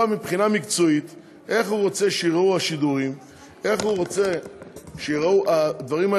מבחינה מקצועית איך הוא רוצה שייראו השידורים,